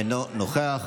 אינו נוכח,